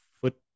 foot